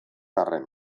arren